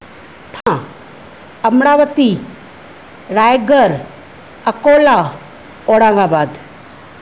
Thane Amravati Raigad Akola Aurangabad